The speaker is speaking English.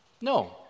No